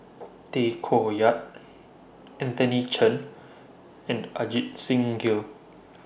Tay Koh Yat Anthony Chen and Ajit Singh Gill